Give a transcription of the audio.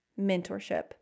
mentorship